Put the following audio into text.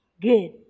good